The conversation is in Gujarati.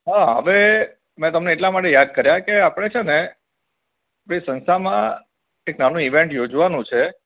હ હવે મે તમને એટલા માટે યાદ કર્યા કે આપણે છે ને બે સંસ્થામાં એક નાનું ઇવેન્ટ યોજવાનું છે